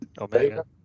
Omega